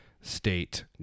state